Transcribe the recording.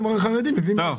אז גם החרדים מביאים מס.